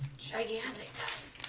show yeah and times